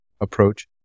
approach